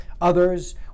Others